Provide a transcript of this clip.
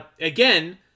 again